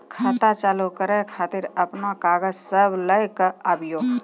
खाता चालू करै खातिर आपन कागज सब लै कऽ आबयोक?